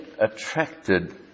attracted